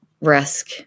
risk